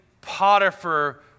Potiphar